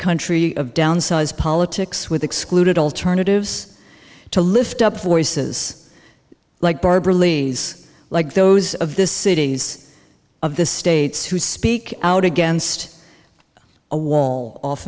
country of downsize politics with excluded alternatives to lift up voices like barbara lee's like those of the cities of the states who speak out against a wall